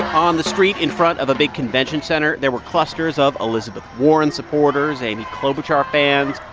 um the street in front of a big convention center, there were clusters of elizabeth warren supporters, amy klobuchar fans,